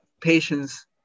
patients